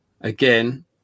Again